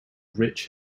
rich